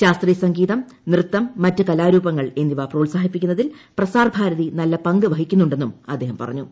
ശാസ്ത്രീയ സംഗീതം നൃത്തം മറ്റ് കലാരൂപങ്ങൾ എന്നിവ പ്രോത്സാഹിപ്പിക്കുന്നതിൽ പ്രസാർ ഭാരതി നല്ല പങ്ക് വഹിക്കുന്നു െന്നും അദ്ദേഹം പറഞ്ഞു